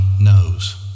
knows